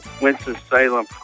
Winston-Salem